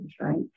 right